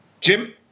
Jim